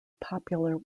popular